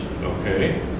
Okay